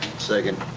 second.